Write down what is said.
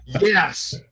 yes